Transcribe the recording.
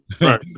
right